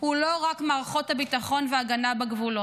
הוא לא רק מערכות הביטחון וההגנה בגבולות,